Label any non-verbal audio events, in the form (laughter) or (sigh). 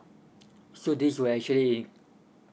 (noise) so this where actually (noise)